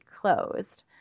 closed